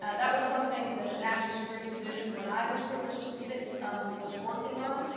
ah that was something that the national security division when i was privileged to lead it was working on.